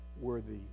worthy